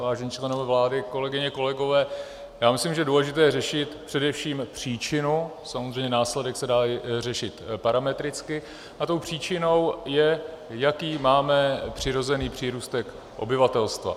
Vážení členové vlády, kolegyně, kolegové, já myslím, že je důležité řešit především příčinu, samozřejmě následek se dá řešit parametricky, a tou příčinou je, jaký máme přirozený přírůstek obyvatelstva.